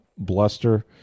Bluster